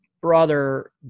brother